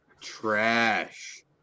trash